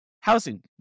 housing